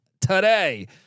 today